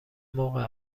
موقع